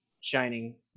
shining